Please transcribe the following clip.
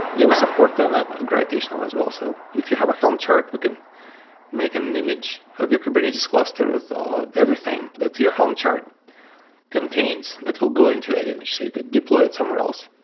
yeah support them at ah gravitational as well. so if you have a helm chart, we can make an image of your kubernetes cluster with everything that your helm chart contains that will go into that image so you could deploy it somewhere else.